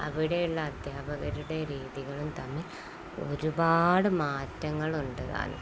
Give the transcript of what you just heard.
അവിടെയുള്ള അധ്യാപകരുടെ രീതികളും തമ്മിൽ ഒരുപാടു മാറ്റങ്ങളുണ്ട്